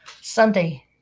Sunday